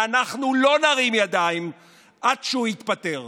ואנחנו לא נרים ידיים עד שהוא יתפטר.